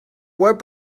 web